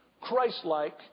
Christ-like